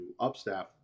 upstaff